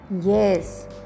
Yes